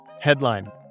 Headline